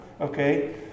okay